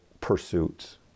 pursuits